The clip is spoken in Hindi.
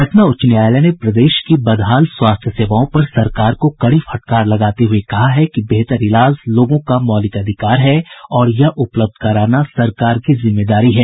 पटना उच्च न्यायालय ने प्रदेश की बदहाल स्वास्थ्य सेवाओं पर सरकार को कड़ी फटकार लगाते हुये कहा है कि बेहतर इलाज लोगों का मौलिक अधिकार है और यह उपलब्ध कराना सरकार की जिम्मेदारी है